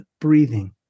breathing